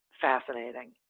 fascinating